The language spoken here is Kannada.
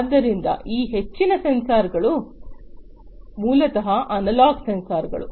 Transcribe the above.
ಆದ್ದರಿಂದ ಈ ಹೆಚ್ಚಿನ ಸೆನ್ಸರ್ಗಳು ಮೂಲತಃ ಅನಲಾಗ್ ಸೆನ್ಸರ್ಗಳು